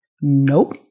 Nope